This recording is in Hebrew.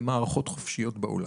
במערכות חופשיות בעולם,